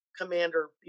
commander